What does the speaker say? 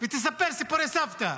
ותספר סיפורי סבתא.